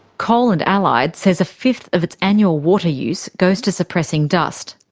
coal and allied says a fifth of its annual water use goes to suppressing dust.